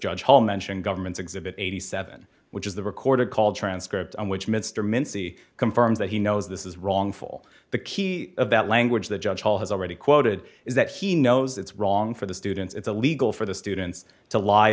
judge paul mentioned government's exhibit eighty seven which is the recorded call transcript on which mr mincy confirms that he knows this is wrongful the key of that language that judge paul has already quoted is that he knows it's wrong for the students it's illegal for the students to lie